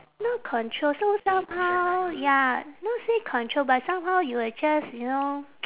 not control so somehow ya not say control but somehow you will just you know